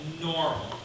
normal